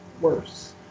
worse